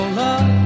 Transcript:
love